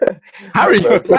Harry